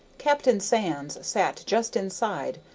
captain sands sat just inside,